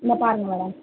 இந்த பாருங்கள் மேடம்